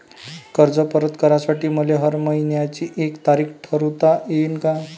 कर्ज परत करासाठी मले हर मइन्याची एक तारीख ठरुता येईन का?